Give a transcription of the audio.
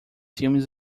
filmes